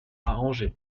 angers